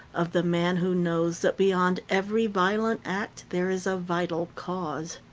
of the man who knows that beyond every violent act there is a vital cause.